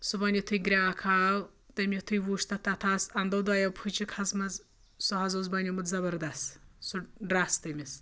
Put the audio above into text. صُبحن یُتھُے گرٛاکھ آو تٔمۍ یُتھُے وٕچھ تَتھ تَتھ آس اَنٛدو دۄیو پھٕچہِ کھَژمَژٕ سُہ حظ اوس بَنیوٚمُت زبردست سُہ ڈرٛس تٔمِس